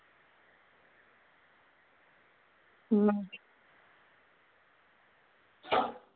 अ